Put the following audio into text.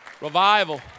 Revival